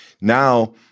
Now